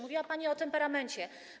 Mówiła pani o temperamencie.